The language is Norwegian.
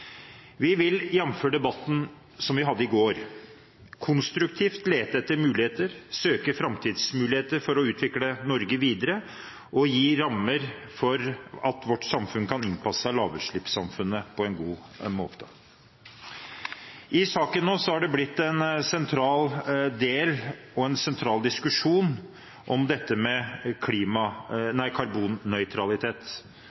Vi vil, jamfør debatten vi hadde i går, konstruktivt lete etter muligheter, søke framtidsmuligheter for å utvikle Norge videre og gi rammer for at vårt samfunn kan tilpasse seg lavutslippssamfunnet på en god måte. I saken har dette med karbonnøytralitet blitt en sentral del og en sentral diskusjon. Gjennom komiteens behandling har komiteen vært samlet enig om